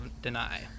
deny